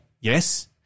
Yes